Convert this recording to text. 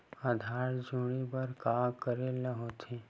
आधार जोड़े बर का करे ला होथे?